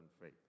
faith